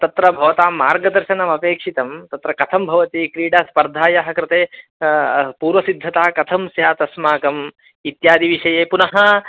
तत्र भवतां मार्गदर्शनमपेक्षितं तत्र कथं भवति क्रीडा स्पर्धायाः कृते पूर्वसिद्धता कथं स्यात् अस्माकं इत्यादि विषये पुनः